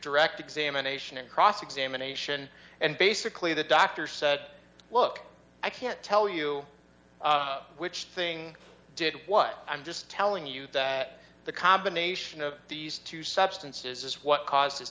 direct examination and cross examination and basically the doctor said look i can't tell you which thing did what i'm just telling you that the combination of these two substances is what cause